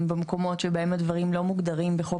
במקומות שבהם הדברים לא מוגדרים בחוק